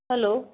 hello